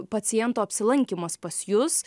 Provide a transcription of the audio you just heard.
paciento apsilankymas pas jus